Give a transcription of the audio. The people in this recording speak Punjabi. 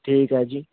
ਠੀਕ ਹੈ ਜੀ